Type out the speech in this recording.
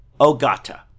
Ogata